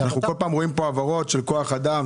אנחנו כל פעם רואים כאן העברות של כוח אדם,